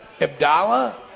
Abdallah